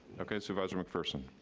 okay, supervisor mcpherson?